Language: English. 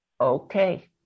Okay